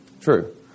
true